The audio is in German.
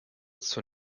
zur